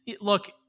Look